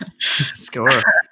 Score